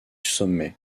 sommet